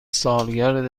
سالگرد